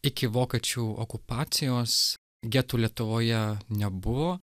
iki vokiečių okupacijos getų lietuvoje nebuvo